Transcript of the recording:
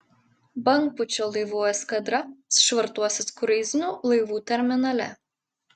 bangpūčio laivų eskadra švartuosis kruizinių laivų terminale